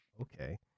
okay